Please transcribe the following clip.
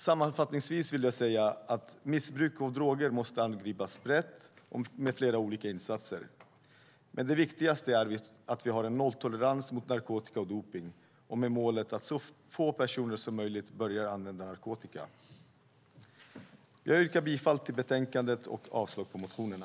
Sammanfattningsvis vill jag säga att missbruk av droger måste angripas brett och med flera olika insatser. Men det viktigaste är att vi har en nolltolerans mot narkotika och dopning med målet att så få personer som möjligt börjar använda narkotika. Jag yrkar bifall till förslaget i betänkandet och avslag på motionerna.